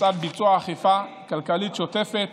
לצד ביצוע אכיפה כלכלית שוטפת,